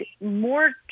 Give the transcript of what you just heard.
more